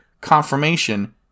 confirmation